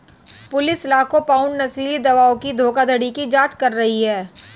police लाखों pound नशीली दवाओं की धोखाधड़ी की जांच कर रही है